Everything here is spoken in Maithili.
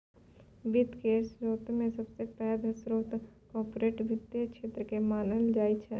वित्त केर स्रोतमे सबसे पैघ स्रोत कार्पोरेट वित्तक क्षेत्रकेँ मानल जाइत छै